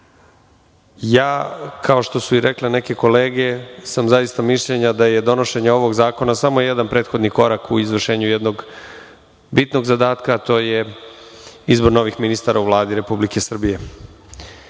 vas. Kao što su rekle neke kolege, zaista sam mišljenja da je donošenje ovog zakona samo jedan prethodni korak u izvršenju jednog bitnog zadatka, a to je izbor novih ministara u Vladi Republike Srbije. Tokom